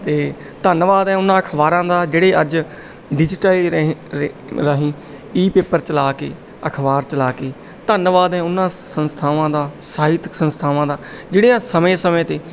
ਅਤੇ ਧੰਨਵਾਦ ਹੈ ਉਹਨਾਂ ਅਖ਼ਬਾਰਾਂ ਦਾ ਜਿਹੜੇ ਅੱਜ ਡਿਜੀਟਾਈ ਰਾਹੀਂ ਰ ਰਾਹੀਂ ਈ ਪੇਪਰ ਚਲਾ ਕੇ ਅਖ਼ਬਾਰ ਚਲਾ ਕੇ ਧੰਨਵਾਦ ਹੈ ਉਹਨਾਂ ਸੰਸਥਾਵਾਂ ਦਾ ਸਾਹਿਤਕ ਸੰਸਥਾਵਾਂ ਦਾ ਜਿਹੜੀਆਂ ਸਮੇਂ ਸਮੇਂ 'ਤੇ